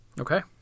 Okay